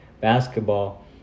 basketball